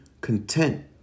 content